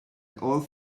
old